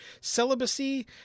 celibacy